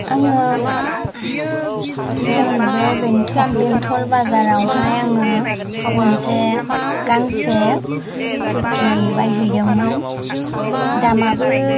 आङो जोंनि बे बेंथल बाजारावहाय आङो गांसे खुर्थि बायहैदोंमोन दामआबो